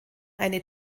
eine